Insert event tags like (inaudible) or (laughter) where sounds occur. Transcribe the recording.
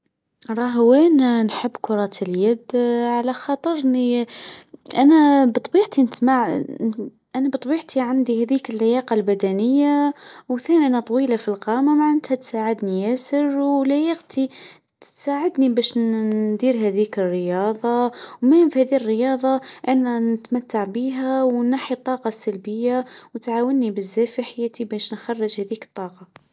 راه وين نحب كره اليد على خاطرني أنا بطبيعتي نسمع (unintelligible) أنا بطبيعتي عندي هذيك اللياقه البدنيه وثاني أنا طويله في القامه معناتها تساعدني ياسر ولياقتي تساعدني باش ندير هذيك الرياضه .المهم في هذه الرياضه أنا نتمتع بيها وننحي الطاقه السلبيه وتعاونني بالزاف في حياتي باش نخرج هذيك الطاقه.